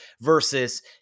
versus